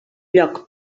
lloc